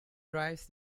drives